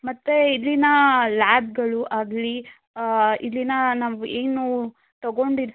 ಮತ್ತು ಇಲ್ಲಿನ ಲ್ಯಾಬ್ಗಳು ಆಗಲಿ ಇಲ್ಲಿನ ನಾವು ಏನು ತಗೊಂಡಿರ್ತೀವಿ